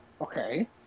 Okay